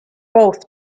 both